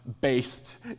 based